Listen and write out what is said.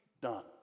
done